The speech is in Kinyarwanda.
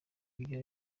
ibyo